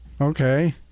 okay